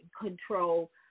control